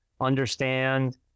understand